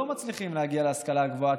לא מצליחים להגיע להשכלה הגבוהה,